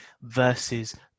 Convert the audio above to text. versus